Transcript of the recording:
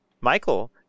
Michael